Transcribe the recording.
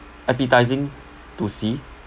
appetising to see